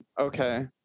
Okay